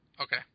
Okay